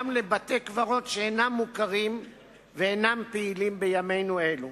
גם לבתי-קברות שאינם מוכרים ואינם פעילים בימינו אלה.